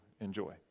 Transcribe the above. enjoy